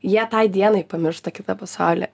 jie tai dienai pamiršta kitą pasaulį